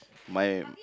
my